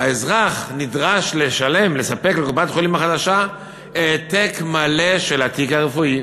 האזרח נדרש לספק לקופת-החולים החדשה העתק מלא של התיק הרפואי.